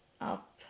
up